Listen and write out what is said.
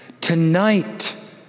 tonight